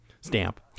Stamp